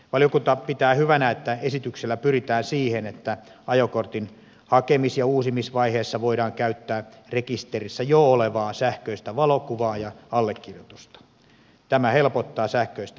valiokunta pitää hyvänä että esityksellä pyritään siihen että ajokortin hakemis ja uusimisvaiheessa voidaan käyttää rekisterissä jo olevaa sähköistä valokuvaa ja allekirjoitusta tämä helpottaa sähköistä hakumenettelyä